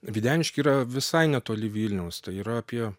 videniškiai yra visai netoli vilniaus tai yra apie